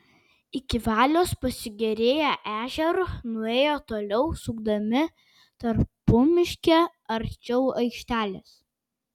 iki valios pasigėrėję ežeru nuėjo toliau sukdami tarpumiške arčiau aikštelės